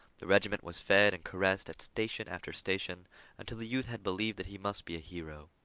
the regiment was fed and caressed at station after station until the youth had believed that he must be a hero.